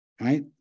right